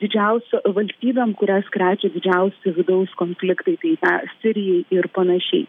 didžiausio valstybėm kurias krečia didžiausi vidaus konfliktai tai sirijai ir panašiai